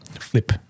flip